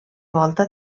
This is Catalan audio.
volta